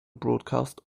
broadcast